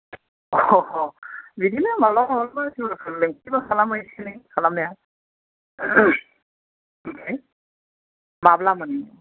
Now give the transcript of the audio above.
बिदिनो माब्लाबा माब्लाबा सोरबाफोर लेंफैबा खालामो एसे एनै खालामनाया माब्लामोन